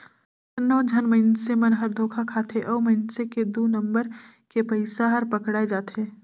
कतनो झन मइनसे मन हर धोखा खाथे अउ मइनसे के दु नंबर के पइसा हर पकड़ाए जाथे